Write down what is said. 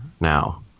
now